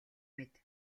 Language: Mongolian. мэд